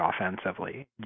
offensively